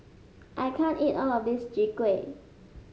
I can't eat all of this Chwee Kueh